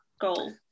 goal